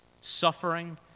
suffering